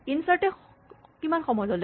insert এ কিমান সময় ল'লে